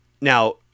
Now